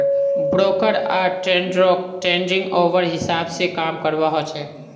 broker आर ट्रेडररोक trading hour हिसाब से काम करवा होचे